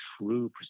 true